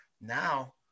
Now